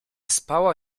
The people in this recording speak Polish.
spała